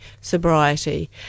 sobriety